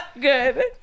good